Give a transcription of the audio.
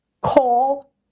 call